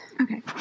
Okay